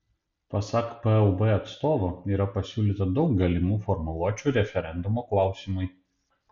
pasak plb atstovo yra pasiūlyta daug galimų formuluočių referendumo klausimui